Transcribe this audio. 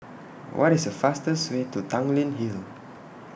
What IS The fastest Way to Tanglin Hill